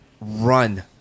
run